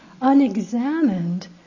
Unexamined